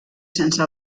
sense